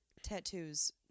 tattoos